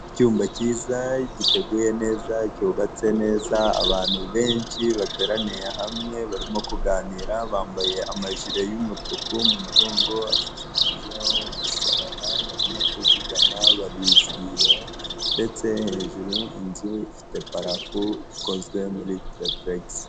Icyumba cyiza giteguye neza cyubatse neza abantu benshi bateraniye hamwe barimo kuganira bambaye amajire y'umutuku mu mugongo ashushanyijeho umusaraba barimo kuvugana barizihiwe ndetse hejuru inzu ifite parafo ikozwe muri terepurekisi.